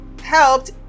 helped